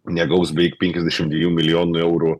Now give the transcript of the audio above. negaus beveik penkiasdešim dviejų milijonų eurų